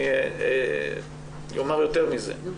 אני אומר יותר מזה,